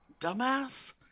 dumbass